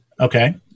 Okay